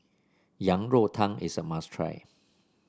Yang Rou Tang is a must try